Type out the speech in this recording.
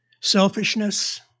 selfishness